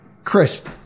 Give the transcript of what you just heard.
Chris